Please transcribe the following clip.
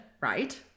right